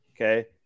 okay